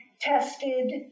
tested